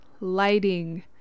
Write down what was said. lighting